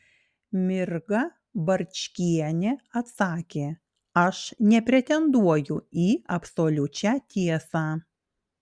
mirga barčkienė atsakė aš nepretenduoju į absoliučią tiesą